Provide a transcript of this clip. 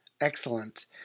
Excellent